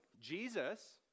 Jesus